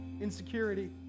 insecurity